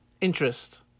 Interest